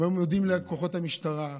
הם היו מודים לכוחות המשטרה,